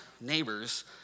neighbors